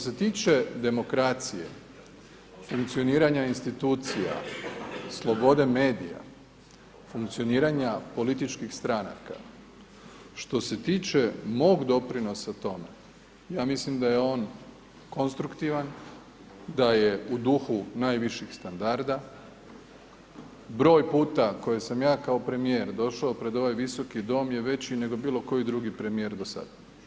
Što se tiče demokracije, funkcioniranja institucija, slobode medija, funkcioniranja političkih stranaka, što se tiče mog doprinosa tome, ja mislim da je on konstruktivan, da je u duhu najviših standarda, broj puta koje sam ja kao premjer došao pred ovaj visoki dok je veći nego bilo koji drugi premjer do sada.